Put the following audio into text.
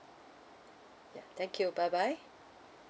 ya thank you bye bye